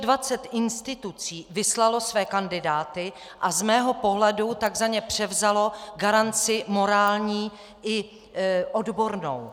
23 institucí vyslalo své kandidáty a z mého pohledu tak za ně převzalo garanci morální i odbornou.